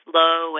low